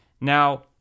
Now